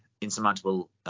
insurmountable